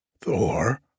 Thor